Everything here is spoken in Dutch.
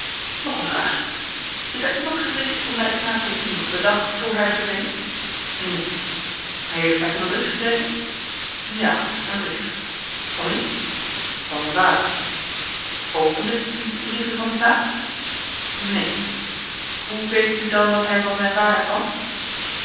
nog een vraag is er iemand geweest om naar den knaap te zien op den dag vr hij verdween neen heeft hij toen een brief gekregen ja een brief van wien van zijn vader opendet u de brieven van den knaap neen hoe weet u dan dat hij van zijn vader kwam